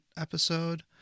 episode